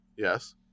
Yes